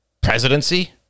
presidency